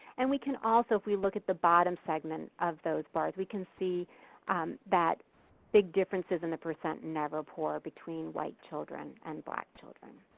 and we can also, if we look at the bottom segment of those bars, we can see that big differences in the percent never poor between white children and black children.